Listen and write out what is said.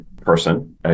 person